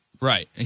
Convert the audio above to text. Right